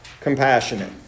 compassionate